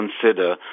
consider